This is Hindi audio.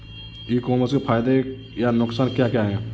ई कॉमर्स के फायदे या नुकसान क्या क्या हैं?